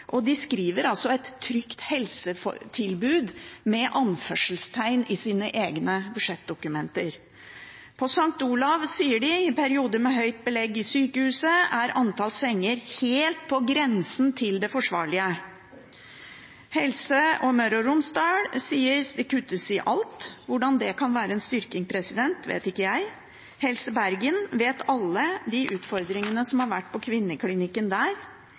og de skriver «et trygt helsetilbud» – med anførselstegn – i sine egne budsjettdokumenter. På St. Olav sier de at i perioder med høyt belegg i sykehuset er antall senger helt på grensen til det forsvarlige. Helse Møre og Romsdal sier at det kuttes i alt. Hvordan det kan være en styrking, vet ikke jeg. Når det gjelder Helse Bergen, kjenner alle de utfordringene som har vært på kvinneklinikken der.